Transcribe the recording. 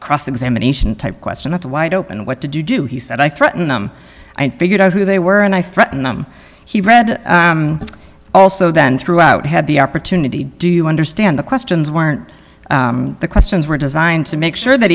cross examination type question at the white open what did you do he said i threatened them i figured out who they were and i threatened them he read also then throughout had the opportunity do you understand the questions weren't the questions were designed to make sure that